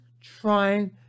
trying